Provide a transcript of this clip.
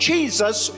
Jesus